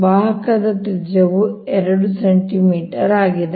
ವಾಹಕದ ತ್ರಿಜ್ಯವು 2 ಸೆಂಟಿಮೀಟರ್ ಆಗಿದೆ